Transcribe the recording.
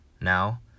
Now